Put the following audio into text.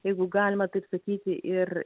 jeigu galima taip sakyti ir